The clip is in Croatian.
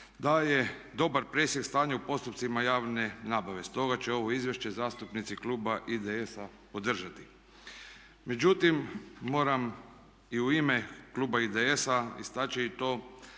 daje dobar presjek stanja u postupcima javne nabave, stoga će ovo izvješće zastupnici kluba IDS-a podržati. Međutim, moram i u ime kluba IDS-a istaći i to